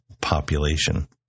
population